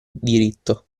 diritto